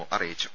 O അറിയിച്ചു